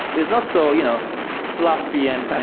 it's not so you know fluffy and